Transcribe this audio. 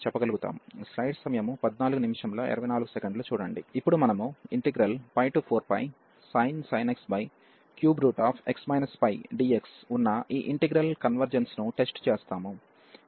ఇప్పుడు మనము 4πsin x 3x πdx ఉన్న ఈ ఇంటిగ్రల్ కన్వెర్జెన్స్ ను టెస్ట్ చేస్తాము